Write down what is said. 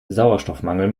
sauerstoffmangel